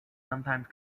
sometimes